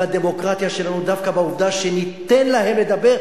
והדמוקרטיה שלנו דווקא בעובדה שניתן להם לדבר,